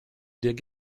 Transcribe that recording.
dig